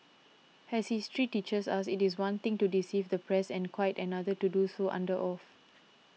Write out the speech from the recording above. as history teaches us it is one thing to deceive the press and quite another to do so under oath